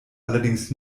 allerdings